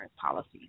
policy